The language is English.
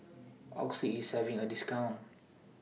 Oxy IS having A discount